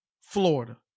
Florida